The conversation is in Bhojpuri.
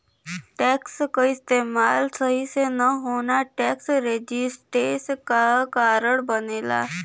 टैक्स क इस्तेमाल सही से न होना टैक्स रेजिस्टेंस क कारण बनला